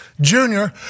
Junior